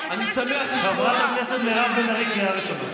אני קורא אותך לסדר בקריאה הראשונה.